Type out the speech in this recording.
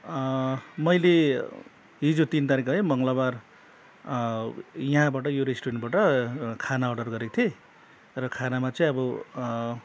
मैले हिजो तिन तारिक है मङ्गलवार यहाँबाट यो रेस्टुरेन्टबाट खाना अर्डर गरेक थिएँ र खानामा चाहिँ अब